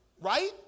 Right